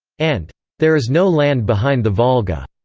and there is no land behind the volga!